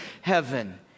heaven